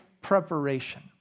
preparation